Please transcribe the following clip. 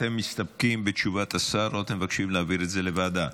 אתם מסתפקים בתשובת השר או אתם מבקשים להעביר את זה לוועדה?